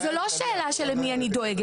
לכן השאלה היא לא למי אני דואגת,